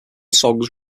songs